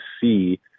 see